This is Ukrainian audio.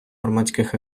громадських